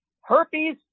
Herpes